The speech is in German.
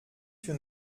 für